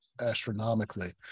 astronomically